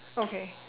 okay